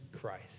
Christ